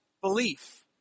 belief